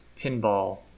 pinball